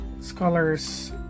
scholars